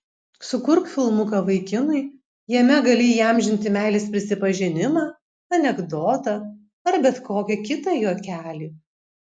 sukurk filmuką vaikinui jame gali įamžinti meilės prisipažinimą anekdotą ar bet kokį kitą juokelį